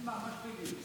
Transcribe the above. חברי הכנסת, זה